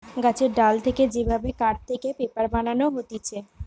গাছের ডাল থেকে যে ভাবে কাঠ থেকে পেপার বানানো হতিছে